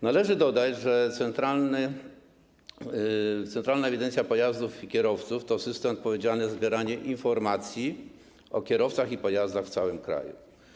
Należy dodać, że Centralna Ewidencja Pojazdów i Kierowców to system odpowiedzialny za zbieranie informacji o kierowcach i pojazdach w całym kraju.